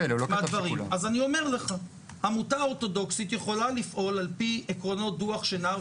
אז אני אומר לך: עמותה אורתודוכסית יכולה לפעול על פי עקרונות דוח שנהר,